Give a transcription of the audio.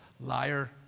Liar